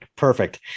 Perfect